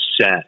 set